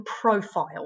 profile